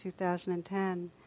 2010